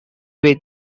with